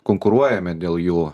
konkuruojame dėl jų